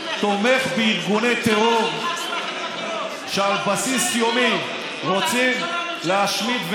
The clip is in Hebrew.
תומך בארגוני טרור שעל בסיס יומי רוצים להשמיד,